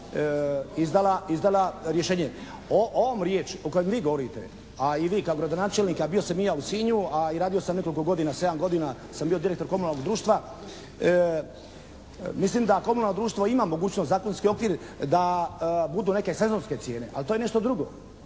izdala rješenje. O ovom riječ o kojem vi govorite a i vi kao gradonačelnik, a bio sam i ja u Sinju, a i radio sam nekoliko godina, 7 godina sam bio direktor komunalnog društva. Mislim da komunalno društvo ima mogućnost, zakonski okvir da budu neke sezonske cijene. Ali to je nešto drugo.